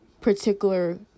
particular